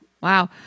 wow